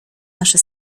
nasze